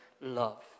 love